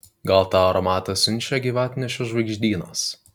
gal tą aromatą siunčia gyvatnešio žvaigždynas